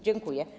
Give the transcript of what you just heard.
Dziękuję.